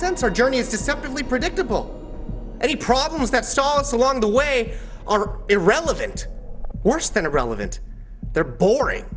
sense our journey is deceptively predictable any problems that stall us along the way are irrelevant worse than irrelevant they're boring